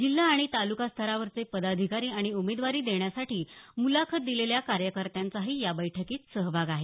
जिल्हा आणि तालुका स्तरावरचे पदाधिकारी आणि उमेदवारी देण्यासाठी मुलाखत दिलेल्या कार्यकर्त्यांचाही या बैठकीत सहभाग आहे